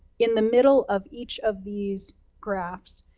in the middle of each of these graphs,